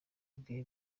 bwe